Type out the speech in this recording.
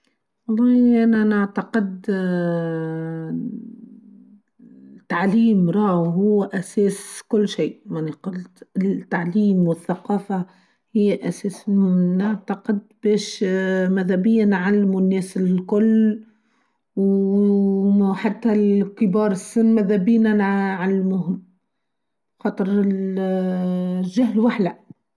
و الله أنا أعتقد ااااااا التعليم راو هو أساس كل شئ ما أنا قلت التعليم و الثقافه هى أساس نعتقد بيش مذا بينا عن الناس الكل و حتى كبار السن ماذا بينا نعلموهم خاطر الللللل جهل وحله.